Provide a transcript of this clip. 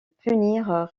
punir